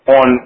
on